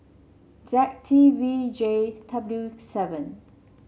Z T V J W seven